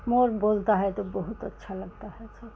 मोर बोलता है तो बहुत अच्छा लगता है फ़िर